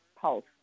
pulse